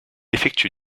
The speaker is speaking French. effectue